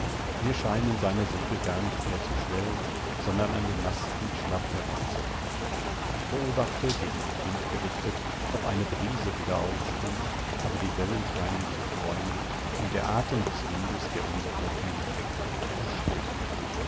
mir scheinen seine segel gar nicht mehr zu schwellen sondern an den masten schlaff herab zu hängen ich beobachte gegen den wind gerichtet ob eine brise wieder aufspringt aber die wellen scheinen zu träumen und der athem des windes der unsere hoffnungen weckte erstirbt